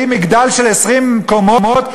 מגדל של 20 קומות,